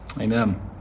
Amen